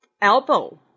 elbow